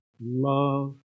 love